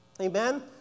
Amen